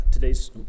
Today's